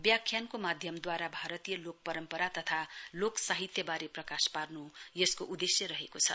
व्याख्यानको माध्यमद्वारा भारतीय लोक परम्परा तथा लोक साहित्यवारे प्रकाश पार्नुभयो यसको उदेश्य रहेको छ